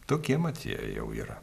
tokie mat jie jau yra